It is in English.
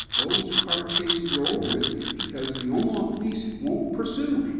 those car chases are over with because the omaha police won't pursue.